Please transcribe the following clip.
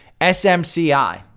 SMCI